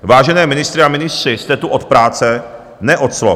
Vážené ministryně a ministři, jste tu od práce, ne od slov.